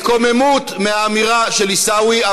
התקוממות על האמירה של עיסאווי,